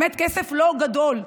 באמת כסף לא גדול.